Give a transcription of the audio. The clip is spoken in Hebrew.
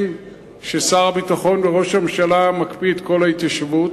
ששר הביטחון וראש הממשלה מקפיאים את כל ההתיישבות.